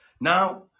Now